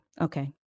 okay